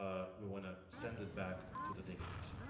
ah we want to send it back to the database.